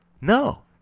no